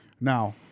Now-